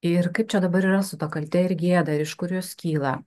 ir kaip čia dabar yra su ta kalte ir gėda iš kur jos kyla